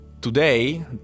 today